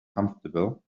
comfortable